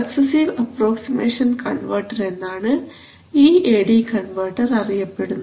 successive approximation converter എന്നാണ് ഈ A D converter അറിയപ്പെടുന്നത്